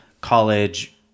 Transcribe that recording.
college